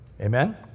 Amen